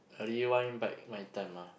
rewind back my time ah